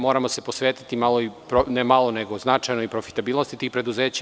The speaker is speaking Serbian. moramo se posvetiti ne malo, nego značajno i profitabilnosti tih preduzeća.